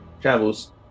Travels